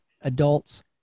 adults